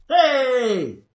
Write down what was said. Hey